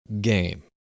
game